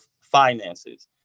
finances